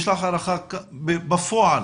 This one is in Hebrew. בפועל